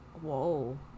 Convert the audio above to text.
Whoa